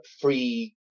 free